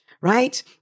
right